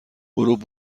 غروب